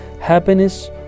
Happiness